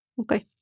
Okay